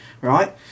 right